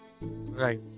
Right